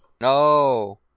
No